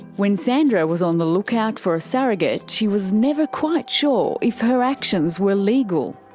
when sandra was on the lookout for a surrogate, she was never quite sure if her actions were legal.